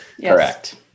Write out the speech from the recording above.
Correct